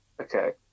Okay